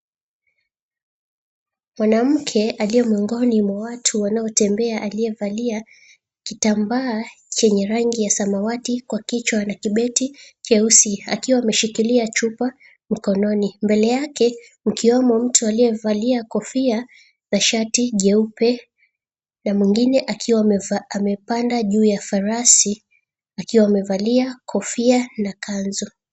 Mwanamke aliye miongoni mwa watu wanaotembea aliyevalia kitambaa chenye rangi ya samawati kwa kichwa na kibeti cheusi, akiwa ameshikilia chupa mkononi. Mbele yake mkiwemo mtu aliyevalia kofia na shati jeupe na mwingine akiwa amepanda juu ya farasi akiwa amevalia kofia na kanzu.